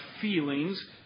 feelings